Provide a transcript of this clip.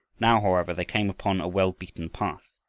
now, however, they came upon a well-beaten path,